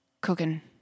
Cooking